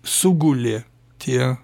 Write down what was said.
sugulė tie